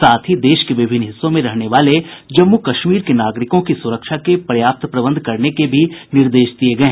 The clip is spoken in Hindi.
साथ ही देश के विभिन्न हिस्सों में रहने वाले जम्मू कश्मीर के नागरिकों की सुरक्षा के पर्याप्त प्रबंध किये जायें